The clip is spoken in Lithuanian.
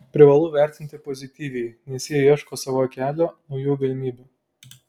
privalau vertinti pozityviai nes jie ieško savo kelio naujų galimybių